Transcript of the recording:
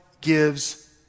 gives